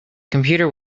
computer